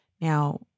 Now